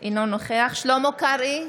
אינו נוכח שלמה קרעי,